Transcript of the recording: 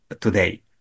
today